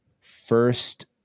first